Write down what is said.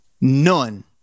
None